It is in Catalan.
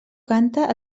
canta